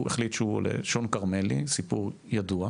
החליט שהוא עולה שון כרמלי סיפור ידוע.